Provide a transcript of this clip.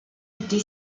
été